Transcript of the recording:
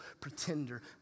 pretender